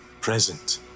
present